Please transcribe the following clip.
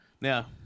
Now